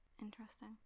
interesting